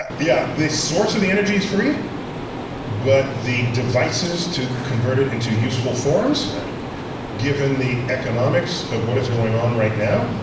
ah yeah, the source of the energy is free but the devices to convert it into useful forms given the economics of what is going on right now